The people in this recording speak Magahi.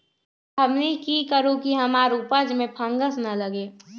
हमनी की करू की हमार उपज में फंगस ना लगे?